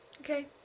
Okay